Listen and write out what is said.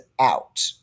out